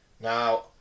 Now